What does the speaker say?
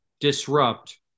disrupt